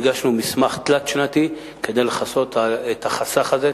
הגשנו מסמך תלת-שנתי כדי לכסות את החסך הזה,